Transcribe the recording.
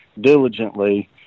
diligently